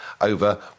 over